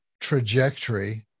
trajectory